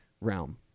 realm